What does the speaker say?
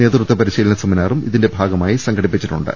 നേതൃത്വ പരിശീന സെമി നാറും ഇതിന്റെ ഭാഗമായി സംഘടിപ്പിച്ചിട്ടുണ്ട്